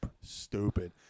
Stupid